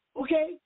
okay